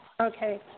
Okay